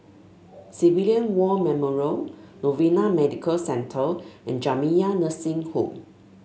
Civilian War Memorial Novena Medical Centre and Jamiyah Nursing Home